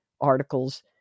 articles